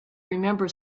remember